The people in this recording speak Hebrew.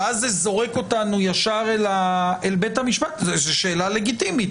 שאז זה זורק אותנו ישר אל בית המשפט זו שאלה לגיטימית.